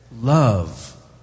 Love